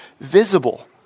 visible